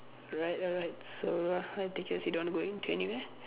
right right right so I take it as you don't want to go an~ to anywhere